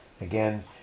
again